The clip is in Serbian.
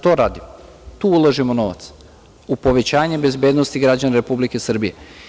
Tu ulažemo novac, u povećanje bezbednosti građana Republike Srbije.